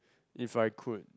if I could